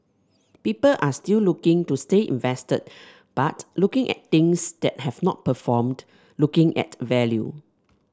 people are still looking to stay invested but looking at things that have not performed looking at value